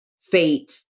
fate